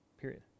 Period